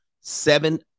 Seven